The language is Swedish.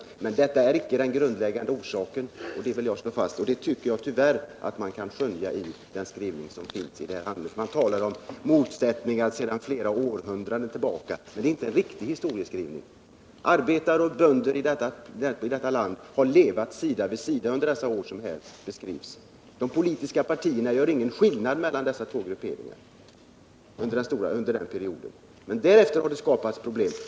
Jag vill emellertid slå fast att det som här sagts icke är den grundläggande orsaken. Tyvärr tycker jag att man i betänkandet kan skönja den felaktiga inställningen, eftersom det talas om motsättningar sedan flera århundraden tillbaka. Detta är inte en riktig historieskrivning. Arbetare och bönder har levt sida vid sida under många år. Därefter har det emellertid skapats problem.